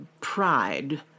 pride